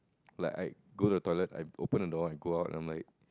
like I go the toilet I open the door and go out don't mind